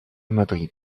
madrid